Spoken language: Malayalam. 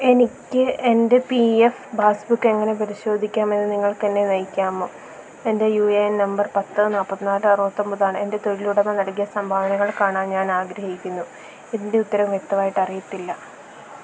എനിക്കെൻ്റെ പി എഫ് പാസ്ബുക്ക് എങ്ങനെ പരിശോധിക്കാമെന്ന് നിങ്ങൾക്കെന്നെ നയിക്കാമോ എൻ്റെ യു എ എൻ നമ്പർ പത്ത് നാല്പ്പത്തിനാല് അറുപത്തിയൊമ്പതാണ് എൻ്റെ തൊഴിലുടമ നൽകിയ സംഭാവനകൾ കാണാൻ ഞാനാഗ്രഹിക്കുന്നു ഇതിൻ്റെ ഉത്തരം വ്യക്തമായിട്ടറിയില്ല